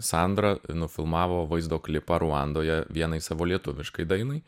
sandra nufilmavo vaizdo klipą ruandoje vienai savo lietuviškai dainai